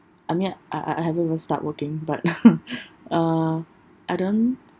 I mean I I I haven't even start working but uh I don't